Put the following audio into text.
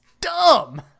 dumb